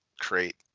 create